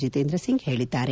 ಜಿತೇಂದ್ರ ಸಿಂಗ್ ಹೇಳಿದ್ದಾರೆ